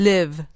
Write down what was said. Live